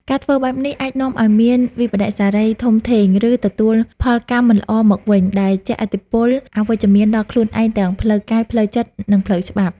ការធ្វើបែបនេះអាចនាំឲ្យមានវិប្បដិសារីធំធេង ឬទទួលផលកម្មមិនល្អមកវិញ ដែលជះឥទ្ធិពលអវិជ្ជមានដល់ខ្លួនឯងទាំងផ្លូវកាយ ផ្លូវចិត្ត និងផ្លូវច្បាប់។